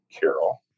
Carol